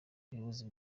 ubuyobozi